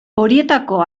horietako